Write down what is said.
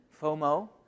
FOMO